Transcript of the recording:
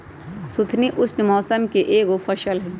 सुथनी उष्ण मौसम के एगो फसल हई